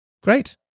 great